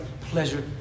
pleasure